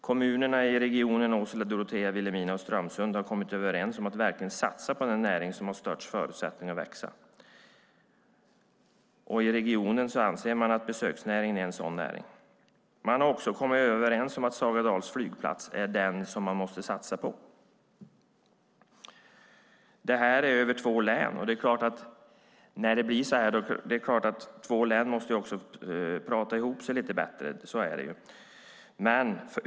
Kommunerna i regionen - Åsele, Dorotea, Vilhelmina och Strömsund - har kommit överens om att verkligen satsa på den näring som har störst förutsättning att växa. I regionen anser man att besöksnäringen är en sådan näring. Man har också kommit överens om att Sagadals flygplats är den som man måste satsa på. Detta rör två län. När det blir så här måste naturligtvis de två länen prata ihop sig lite bättre.